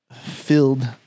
filled